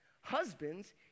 Husbands